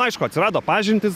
aišku atsirado pažintys